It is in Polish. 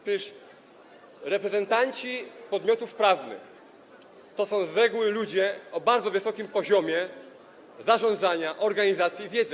Przecież reprezentanci podmiotów prawnych to są z reguły ludzie o bardzo wysokim poziomie zarządzania, organizacji i wiedzy.